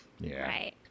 Right